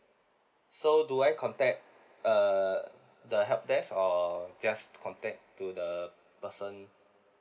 so do I contact err the helpdesk or just contact to the person